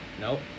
nope